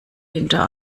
hinter